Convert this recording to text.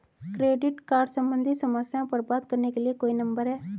Credit card सम्बंधित समस्याओं पर बात करने के लिए कोई नंबर है?